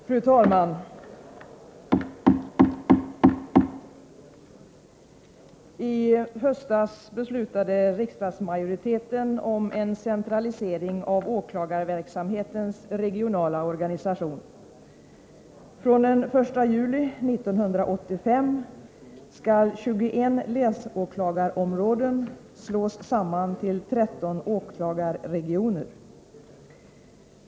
Fru talman! I höstas beslutade riksdagsmajoriteten om en centralisering av åklagarverksamhetens regionala organisation. Från den 1 juli 1985 skall 21 länsåklagarområden slås samman till 13 åklagarregioner.